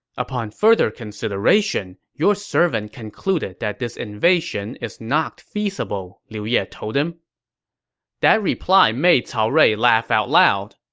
upon further consideration, your servant concluded that this invasion is not feasible, liu ye told him that reply made cao rui laugh out loud.